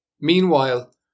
Meanwhile